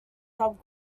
sub